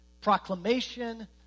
proclamation